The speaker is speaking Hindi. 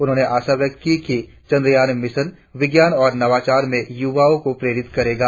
उन्होंने आशा व्यक्त की कि चंद्रयान मिशन विज्ञान और नवाचार में युवाओं को प्रेरित करेगा